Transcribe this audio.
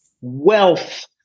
wealth